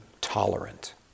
tolerant